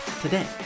today